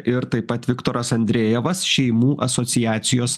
ir taip pat viktoras andrejevas šeimų asociacijos